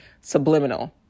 subliminal